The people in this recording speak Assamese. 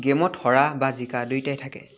গেমত হৰা বা জিকা দুয়োটাই থাকে